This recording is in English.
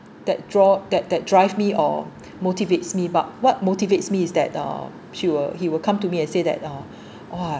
that draw that that drive me or motivates me but what motivates me is that uh he will he will come to me and said that uh !wah!